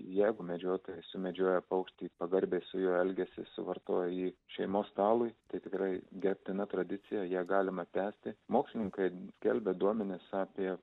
jeigu medžiotojas sumedžioja paukštį pagarbiai su juo elgiasi suvartoja jį šeimos stalui tai tikrai gerbtina tradicija ją galima tęsti mokslininkai skelbia duomenis apie